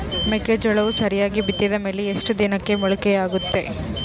ಮೆಕ್ಕೆಜೋಳವು ಸರಿಯಾಗಿ ಬಿತ್ತಿದ ಮೇಲೆ ಎಷ್ಟು ದಿನಕ್ಕೆ ಮೊಳಕೆಯಾಗುತ್ತೆ?